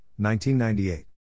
1998